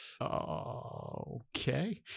okay